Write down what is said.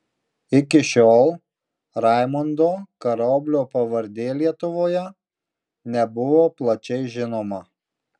iki šiol raimundo karoblio pavardė lietuvoje nebuvo plačiai žinoma